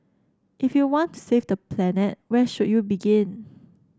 if you want to save the planet where should you begin